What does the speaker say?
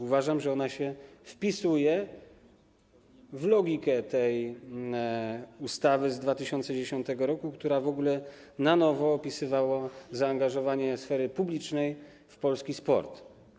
Uważam, że ona się wpisuje w logikę ustawy z 2010 r., która w ogóle na nowo opisywała zaangażowanie sfery publicznej w polski sport.